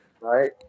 Right